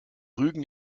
rügen